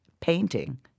painting –